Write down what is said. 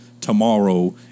tomorrow